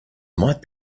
might